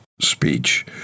speech